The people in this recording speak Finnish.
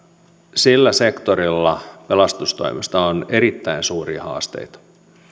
sillä sektorilla pelastustoimessa on erittäin suuria haasteita